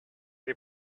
the